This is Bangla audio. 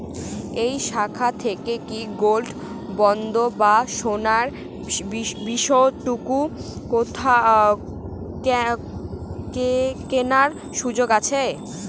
এই শাখা থেকে কি গোল্ডবন্ড বা সোনার বিসকুট কেনার সুযোগ আছে?